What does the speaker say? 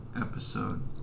episode